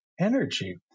energy